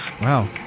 Wow